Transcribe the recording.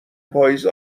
پاییز